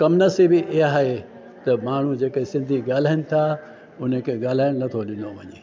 कम नसीबी इहा आहे त माण्हू जेके सिंधी ॻाल्हाइनि था उन खे ॻाल्हाइण नथो ॾिनो वञे